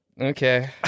Okay